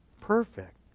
perfect